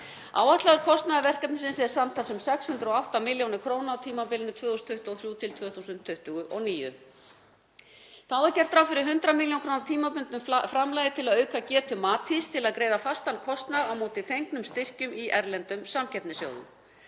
Áætlaður kostnaður verkefnisins er samtals um 608 millj. kr. á tímabilinu 2023–2029. Þá er gert ráð fyrir 100 millj. kr. tímabundnu framlagi til að auka getu Matís til að greiða fastan kostnað á móti fengnum styrkjum í erlendum samkeppnissjóðum.